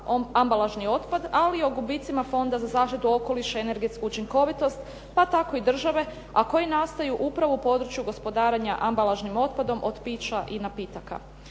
ambalažni otpad ali i o gubicima Fonda za zaštitu okoliša i energetsku učinkovitost, pa tako i države a koji nastaju upravo u području gospodarenja ambalažnim otpadom od pića i napitaka.